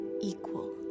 equal